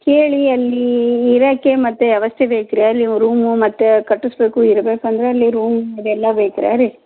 ಕೇಳಿ ಅಲ್ಲಿ ಇರಕ್ಕೆ ಮತ್ತೆ ವ್ಯವಸ್ಥೆ ಬೇಕು ರೀ ಅಲ್ಲಿ ರೂಮು ಮತ್ತೆ ಕಟಸ್ಬೇಕು ಇರ್ಬೇಕಂದರೆ ಅಲ್ಲಿ ರೂಮ್ದೆಲ್ಲ